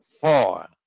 four